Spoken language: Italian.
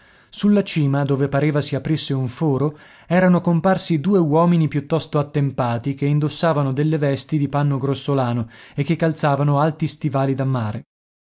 sulla cima dove pareva si aprisse un foro erano comparsi due uomini piuttosto attempati che indossavano delle vesti di panno grossolano e che calzavano alti stivali da mare